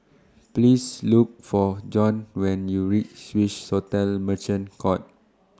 Please Look For Bjorn when YOU REACH Swissotel Merchant Court